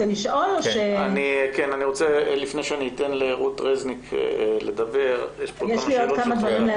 לפני שאני אתן לרות רזניק לדבר, יש פה כמה שאלות.